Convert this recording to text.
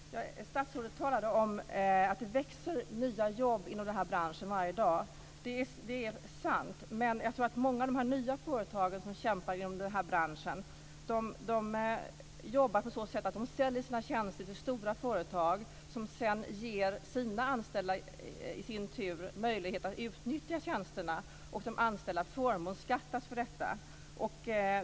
Fru talman! Statsrådet sade att det växer fram nya jobb inom den här branschen varje dag, och det är sant. Många av de nya företagen som kämpar i branschen säljer sina tjänster till stora företag som i sin tur ger sina anställda möjlighet att utnyttja dessa tjänster, och de anställda förmånsbeskattas för detta.